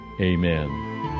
Amen